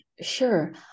Sure